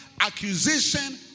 accusation